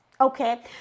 Okay